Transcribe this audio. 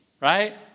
Right